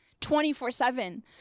24-7